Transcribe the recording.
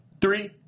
three